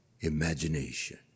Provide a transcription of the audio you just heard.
imagination